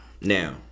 Now